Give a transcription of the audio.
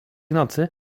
nocy